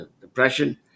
depression